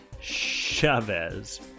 Chavez